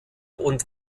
und